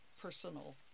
personal